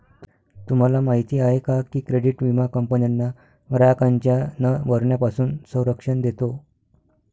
तुम्हाला माहिती आहे का की क्रेडिट विमा कंपन्यांना ग्राहकांच्या न भरण्यापासून संरक्षण देतो